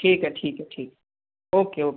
ठीक है ठीक है ठीक है ओके ओके